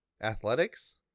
athletics